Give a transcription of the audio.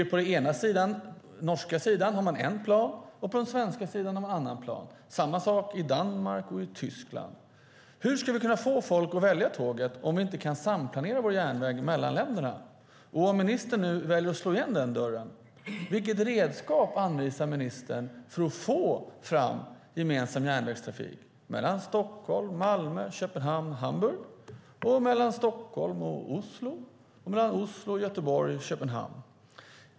På den norska sidan har man en plan, och på den svenska sidan har man en annan plan. Samma sak gäller i Danmark och i Tyskland. Hur ska vi kunna få folk att välja tåget om vi inte kan samplanera vår järnväg mellan länderna? Om ministern nu väljer att slå igen den dörren, vilket redskap anvisar ministern för att få fram gemensam järnvägstrafik mellan Stockholm, Malmö, Köpenhamn och Hamburg, mellan Stockholm och Oslo och mellan Oslo, Göteborg och Köpenhamn?